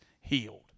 healed